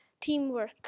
teamwork